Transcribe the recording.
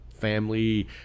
family